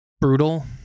brutal